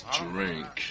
drink